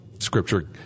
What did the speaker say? Scripture